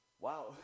Wow